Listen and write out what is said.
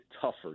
tougher